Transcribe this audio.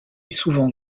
souvent